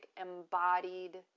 embodied